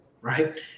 right